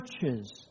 churches